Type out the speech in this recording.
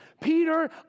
Peter